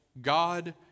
God